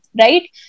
right